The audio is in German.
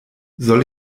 soll